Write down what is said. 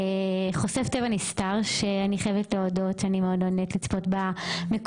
חושף טבע נסתר שאני חייבת להודות שאני מאוד אוהבת לצפות במקומות